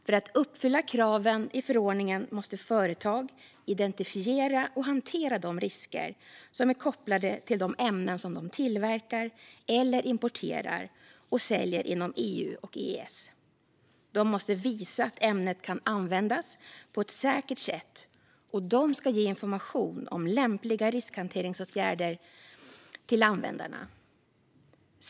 För att uppfylla kraven i förordningen måste företag identifiera och hantera de risker som är kopplade till de ämnen som de tillverkar eller importerar och säljer inom EU och EES. De måste visa att ämnet kan användas på ett säkert sätt, och de ska ge information om lämpliga riskhanteringsåtgärder till användarna.